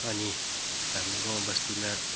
अनि हाम्रो गाउँ बस्तीमा